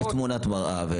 יש תמונת מראה.